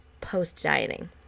post-dieting